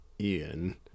Ian